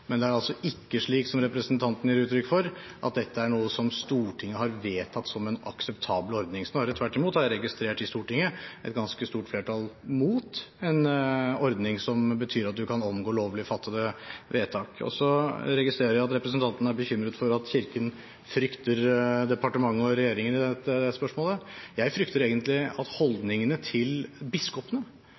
Men det er altså ikke slik som representanten gir uttrykk for, at dette er noe som Stortinget har vedtatt som en akseptabel ordning. Snarere tvert imot har jeg i Stortinget registrert et ganske stort flertall mot en ordning som betyr at man kan omgå lovlig fattede vedtak. Jeg registrerer også at representanten er bekymret for at Kirken frykter departementet og regjeringen i dette spørsmålet. Jeg frykter egentlig at holdningene til biskopene